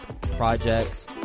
projects